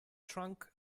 trunk